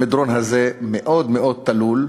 המדרון הזה מאוד מאוד תלול,